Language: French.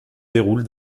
déroule